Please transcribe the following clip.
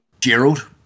Gerald